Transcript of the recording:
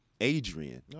Adrian